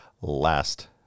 last